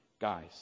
guys